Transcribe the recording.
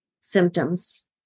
symptoms